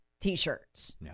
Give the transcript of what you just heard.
t-shirts